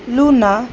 luna